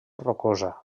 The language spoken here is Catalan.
rocosa